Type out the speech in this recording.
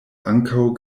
ankaŭ